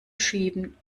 schieben